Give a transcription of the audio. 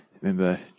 Remember